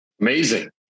Amazing